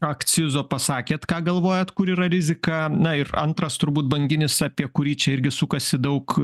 akcizo pasakėt ką galvojat kur yra rizika na ir antras turbūt banginis apie kurį čia irgi sukasi daug